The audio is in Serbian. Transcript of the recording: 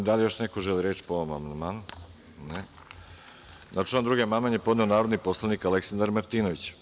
Da li još neko želi reč po ovom amandmanu? (Ne) Na član 2. amandman je podneo narodni poslanik Aleksandar Martinović.